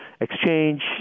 exchange